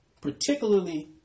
particularly